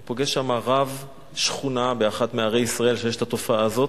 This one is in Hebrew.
אני פוגש שם רב שכונה באחת מערי ישראל שיש בה התופעה הזאת,